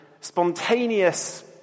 spontaneous